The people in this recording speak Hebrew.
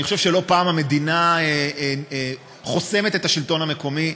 אני חושב שלא פעם המדינה חוסמת את השלטון המקומי,